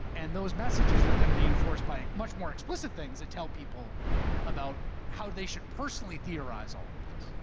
and those messages are then reinforced by much more explicit things that tell people about how they should personally theorize all of this,